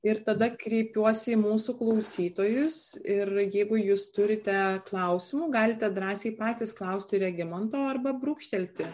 ir tada kreipiuosi į mūsų klausytojus ir jeigu jūs turite klausimų galite drąsiai patys klausti regimanto arba brūkštelti